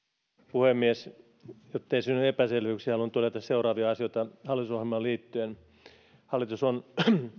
puhemies jottei synny epäselvyyksiä haluan todeta seuraavia asioita hallitusohjelmaan liittyen hallitus on